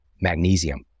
magnesium